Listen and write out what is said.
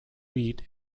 wheat